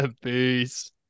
peace